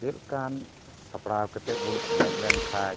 ᱪᱮᱫ ᱞᱮᱠᱟᱱ ᱥᱟᱯᱲᱟᱣ ᱠᱟᱛᱮᱫ ᱵᱚᱱ ᱮᱱᱮᱡ ᱞᱮᱱᱠᱷᱟᱱ